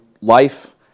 life